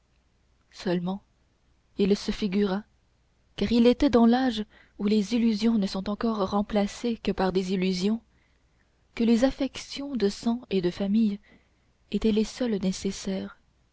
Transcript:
seulement il se figura car il était dans l'âge où les illusions ne sont encore remplacées que par des illusions que les affections de sang et de famille étaient les seules nécessaires